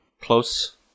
close